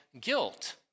guilt